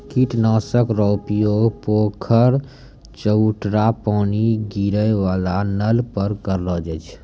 कीट नाशक रो उपयोग पोखर, चवुटरा पानी गिरै वाला नल पर करलो जाय छै